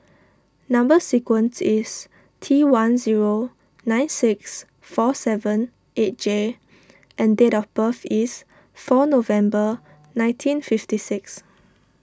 Number Sequence is T one zero nine six four seven eight J and date of birth is four November nineteen fifty six